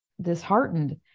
disheartened